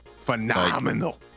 phenomenal